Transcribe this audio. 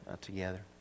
together